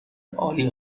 عالی